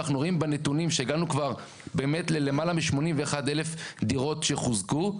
ואנחנו רואים בנתונים שהגענו כבר באמת ללמעלה מ-81,000 דירות שחוזקו.